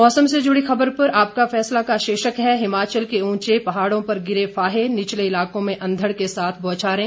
मौसम से जुड़ी खबर पर आपका फैसला का शीर्षक है हिमाचल के ऊंचे पहाड़ों पर गिरे फाहे निचले इलाकों में अंधड़ के साथ बौछारे